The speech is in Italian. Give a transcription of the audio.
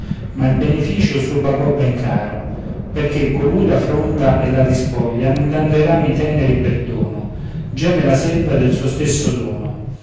ma il beneficio suo pagò ben caro perché colui la sfronda e la dispoglia non dando ai rami teneri perdono geme la selva del suo stesso dono